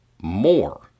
More